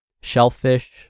shellfish